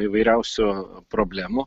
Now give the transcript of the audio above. įvairiausių problemų